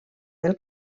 del